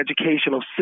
educational